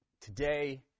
Today